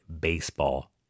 baseball